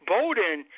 Bowden